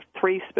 three